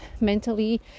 mentally